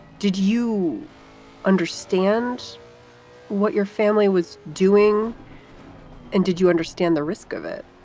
did you understand what your family was doing and did you understand the risk of it?